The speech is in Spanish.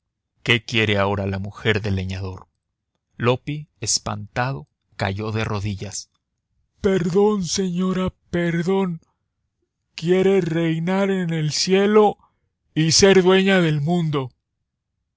qué quiere ahora la mujer del leñador loppi espantado cayó de rodillas perdón señora perdón quiere reinar en el cielo y ser dueña del mundo